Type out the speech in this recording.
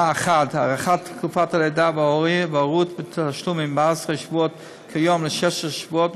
1. הארכת תקופת הלידה וההורות בתשלום מ-14 שבועות כיום ל-16 שבועות,